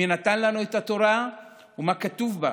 מי נתן לנו את התורה ומה כתוב בה,